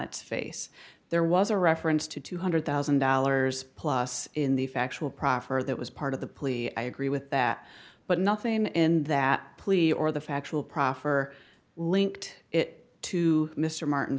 its face there was a reference to two hundred thousand dollars plus in the factual proffer that was part of the plea i agree with that but nothing in that plea or the factual proffer linked it to mr martin